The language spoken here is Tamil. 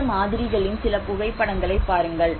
கட்டிட மாதிரிகளின் சில புகைப்படங்களை பாருங்கள்